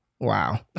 Wow